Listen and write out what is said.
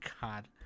God